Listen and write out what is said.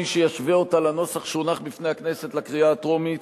מי שישווה אותה לנוסח שהונח בפני הכנסת לקריאה הטרומית,